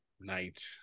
night